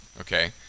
okay